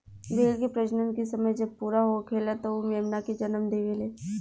भेड़ के प्रजनन के समय जब पूरा होखेला त उ मेमना के जनम देवेले